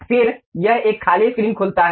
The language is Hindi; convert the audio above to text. फिर यह एक खाली स्क्रीन खुलता है